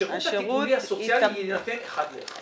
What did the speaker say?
השירות הטיפולי הסוציאלי יינתן אחד לאחד.